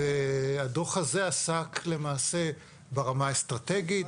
הדוח הזה עסק למעשה ברמה האסטרטגית,